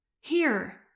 Here